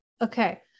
okay